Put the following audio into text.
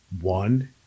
one